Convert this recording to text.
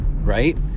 Right